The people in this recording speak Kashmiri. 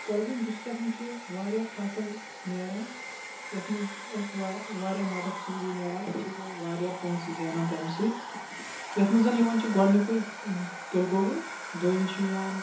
کۄلگٲمۍ ڈِسٹرکَس منٛز چھِ وارِیاہ فَصل نیران یِتھ منٛز اَسہِ وا واریاہ مَدَتھ چھِ میلان اَسہِ چھِ ییٚتہِ وارِیاہ پۅنٛسہٕ زینان تَمہِ سٍتۍ یِتھ منٛز یِوان چھُ گۄڈنیُکُے یہِ تِلہِ گۄگُل دوٚیِم چھُ یِوان